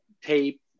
tape